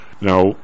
Now